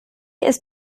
ist